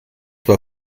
war